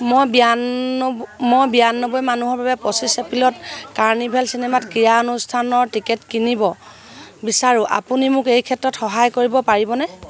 মই বিৰানব্বৈ মই বিৰানব্বৈ মানুহৰ বাবে পঁচিছ এপ্ৰিলত কাৰ্নিভেল চিনেমাত ক্ৰীড়া অনুষ্ঠানৰ টিকট কিনিব বিচাৰোঁ আপুনি মোক এই ক্ষেত্ৰত সহায় কৰিব পাৰিবনে